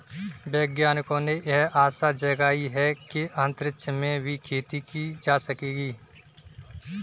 वैज्ञानिकों ने यह आशा जगाई है कि अंतरिक्ष में भी खेती की जा सकेगी